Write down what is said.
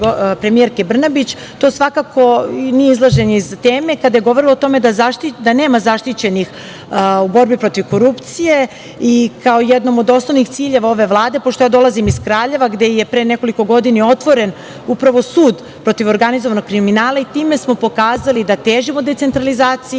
premijerke Brnabić. To svakako nije izlaženje iz teme. Kada je govorila o tome da nema zaštićenih u borbi protiv korupcije. Kao jednim od osnovnih ciljeva ove Vlade, pošto ja dolazim iz Kraljeva, gde je pre nekoliko godina otvoren sud protiv organizovanog kriminala, time smo pokazali da težimo decentralizaciji,